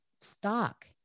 stock